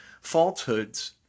falsehoods